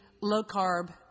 low-carb